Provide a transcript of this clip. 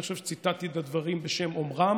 אני חושב שציטטתי את הדברים בשם אומרם.